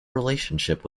relationship